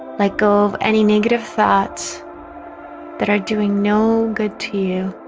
let go of any negative thoughts that are doing no good to you?